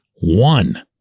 one